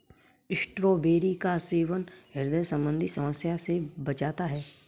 strawberry का सेवन ह्रदय संबंधी समस्या से बचाता है